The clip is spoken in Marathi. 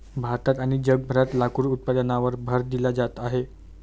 भारतात आणि जगभरात लाकूड उत्पादनावर भर दिला जात आहे